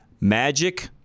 Magic